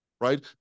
right